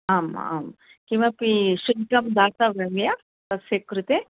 आम् आं किमपि शुल्कं दातव्यं मया तस्य कृते